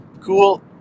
Cool